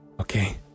Okay